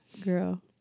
Girl